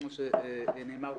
כמו שנאמר פה,